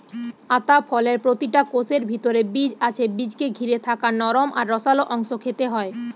আতা ফলের প্রতিটা কোষের ভিতরে বীজ আছে বীজকে ঘিরে থাকা নরম আর রসালো অংশ খেতে হয়